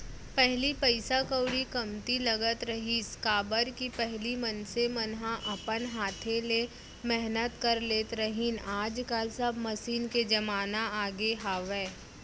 पहिली पइसा कउड़ी कमती लगत रहिस, काबर कि पहिली मनसे मन ह अपन हाथे ले मेहनत कर लेत रहिन आज काल सब मसीन के जमाना आगे हावय